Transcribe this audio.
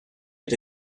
had